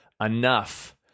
enough